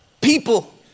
people